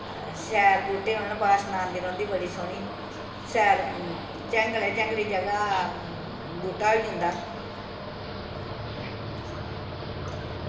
शैल बूह्टे होन बाशना औंदी रौंह्दी बड़ी सोह्नी शैल झैंगली झैंगली जगह् बूह्टा होई जंदा